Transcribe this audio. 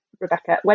Rebecca